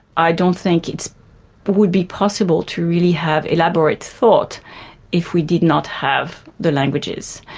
i don't think it would be possible to really have elaborate thought if we did not have the languages.